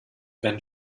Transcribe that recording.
wenn